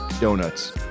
Donuts